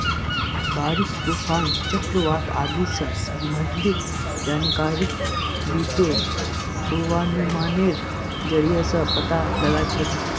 बारिश, तूफान, चक्रवात आदि स संबंधित जानकारिक बितु पूर्वानुमानेर जरिया स पता लगा छेक